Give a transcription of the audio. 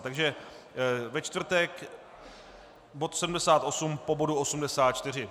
Takže ve čtvrtek bod 78 po bodu 84.